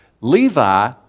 Levi